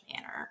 manner